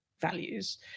values